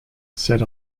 said